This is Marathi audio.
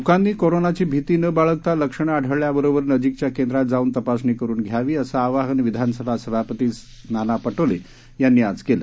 लोकांनीकोरोनाचीभितीनबाळगतालक्षणंआढळल्याबरोबरनजीकच्याकेंद्रातजाऊनतपासणी करुनघ्यावीअसंआवाहनविधानसभासभापतीनानापटोलेयांनीआजकेलं